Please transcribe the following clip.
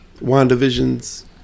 Wandavision's